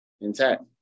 intact